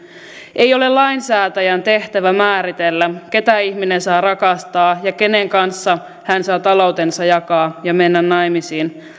ei ole lainsäätäjän tehtävä määritellä ketä ihminen saa rakastaa ja kenen kanssa hän saa taloutensa jakaa ja mennä naimisiin